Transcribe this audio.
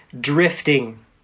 drifting